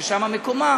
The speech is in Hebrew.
ששם המקום,